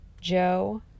Joe